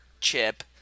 chip